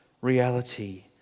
reality